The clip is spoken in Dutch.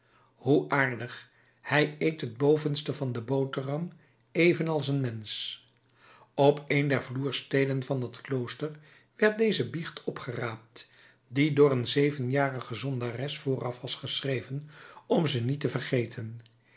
hoe aardig hij eet het bovenste van de boterham evenals een mensch op een der vloersteenen van dat klooster werd deze biecht opgeraapt die door een zevenjarige zondares vooraf was geschreven om ze niet te vergeten